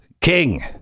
king